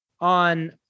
on